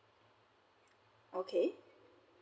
okay